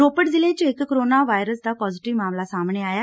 ਰੋਪੜ ਜਿਲ੍ਹੇ ਚ ਇਕ ਕੋਰੋਨਾ ਵਾਇਰਸ ਦਾ ਪਾਜ਼ੇਟਿਵ ਮਾਮਲਾ ਸਾਹਮਣੇ ਆਇਐ